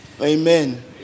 Amen